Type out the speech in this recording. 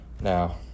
now